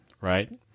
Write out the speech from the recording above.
Right